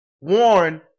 Warren